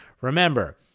Remember